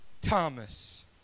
Thomas